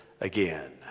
again